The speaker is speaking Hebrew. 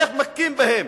איך מכים בהם,